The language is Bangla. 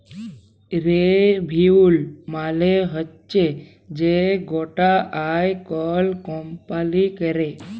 রেভিলিউ মালে হচ্যে যে গটা আয় কল কম্পালি ক্যরে